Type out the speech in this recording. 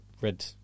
read